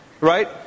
right